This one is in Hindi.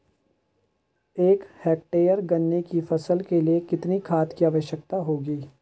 एक हेक्टेयर गन्ने की फसल के लिए कितनी खाद की आवश्यकता होगी?